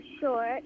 short